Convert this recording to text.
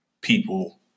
people